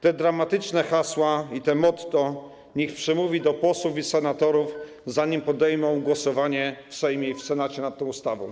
Te dramatyczne hasła i to motto niech przemówi do posłów i senatorów, zanim dojdzie do głosowania w Sejmie i w Senacie nad tą ustawą.